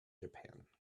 japan